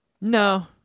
No